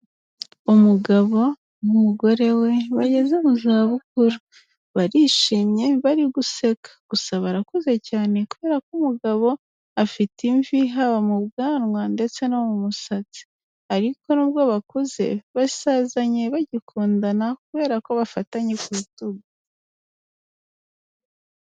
Umugabo n'umugore we bageze mu zabukuru. Barishimye bari guseka. Gusa barakuze cyane kubera ko umugabo afite imvi haba mu bwanwa ndetse no mu musatsi. Ariko nubwo bakuze basazanye bagikundana kubera ko bafatanye ku rutugu.